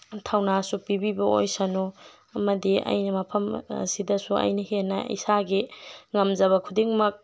ꯊꯧꯅꯥꯁꯨ ꯄꯤꯕꯤꯕ ꯑꯣꯏꯁꯅꯨ ꯑꯃꯗꯤ ꯑꯩꯅ ꯃꯐꯝ ꯑꯁꯤꯗꯁꯨ ꯑꯩꯅ ꯍꯦꯟꯅ ꯏꯁꯥꯒꯤ ꯉꯝꯖꯕ ꯈꯨꯗꯤꯡꯃꯛ